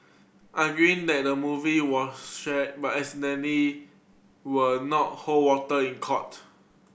arguing that the movie was shared by accidentally will not hold water in court